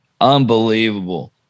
unbelievable